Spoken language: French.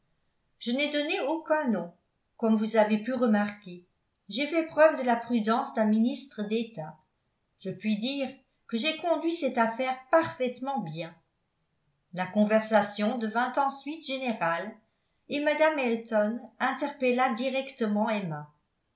je n'ai donné aucun nom comme vous avez pu remarquer j'ai fait preuve de la prudence d'un ministre d'état je puis dire que j'ai conduit cette affaire parfaitement bien la conversation devint ensuite générale et mme elton interpella directement emma